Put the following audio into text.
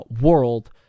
world